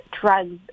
drugs